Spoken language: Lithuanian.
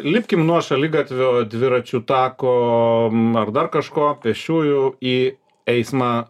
lipkim nuo šaligatvių dviračių tako ar dar kažko pėsčiųjų į eismą